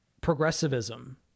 progressivism